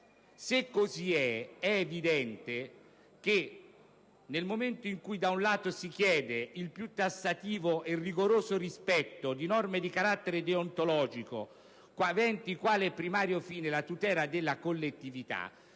Se così è, è evidente che, nel momento in cui da un lato si chiede il più tassativo e rigoroso rispetto di norme di carattere deontologico, aventi quale primario fine la tutela della collettività,